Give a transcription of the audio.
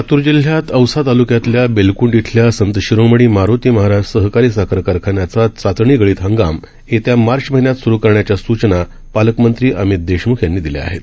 लातूरजिल्ह्यातऔसातालुक्यातल्याबेलकुंडइथल्यासंतशिरोमणीमारोतीमहाराजसहकारीसाखरकारखान्या चाचाचणीगळीतहंगामयेत्यामार्चमहिन्यातसुरूकरण्याच्यासूचनापालकमंत्रीअमितदेशमुखयांनीदिल्याआहेत